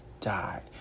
died